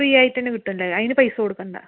free ആയിട്ട് തന്നെ കിട്ടുവല്ലേ അതിന് പൈസ കൊടുക്കണ്ട